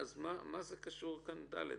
אז מה אומר סעיף (ד)?